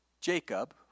Jacob